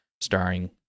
starring